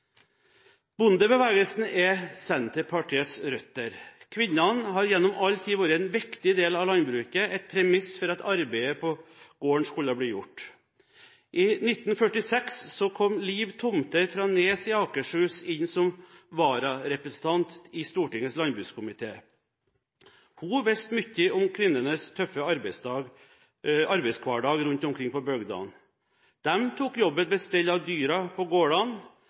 Bondebevegelsen er Senterpartiets røtter. Kvinnene har gjennom all tid vært en viktig del av landbruket, et premiss for at arbeidet på gården skulle bli gjort. I 1946 kom Liv Tomter fra Nes i Akershus inn som vararepresentant i Stortingets landbrukskomité. Hun visste mye om kvinnenes tøffe arbeidshverdag rundt omkring på bygdene. De tok jobben med stell av dyra på gårdene.